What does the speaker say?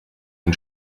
ein